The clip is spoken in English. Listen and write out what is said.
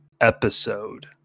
episode